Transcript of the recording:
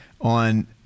on